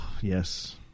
Yes